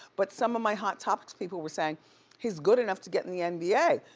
but some of my hot topics people were saying he's good enough to get in the and nba.